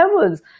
levels